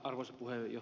arvoisa puhemies